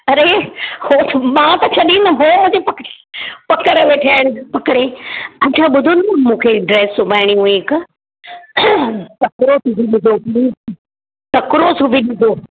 अरे मां त छॾिंदमि हो मूंखे पकिड़े पकिड़े वेठिया आहिनि पकिड़े अच्छा ॿुधो न मूंखे ड्रैस सिबाईणी हुई हिकु तकिड़ो सिबी ॾिजो प्लीज़ तकिड़ो सिबी ॾिजो